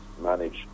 manage